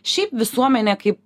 šiaip visuomenė kaip